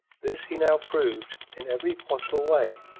this he now proved in every possible way,